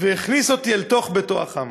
והכניס אותי אל תוך ביתו החם.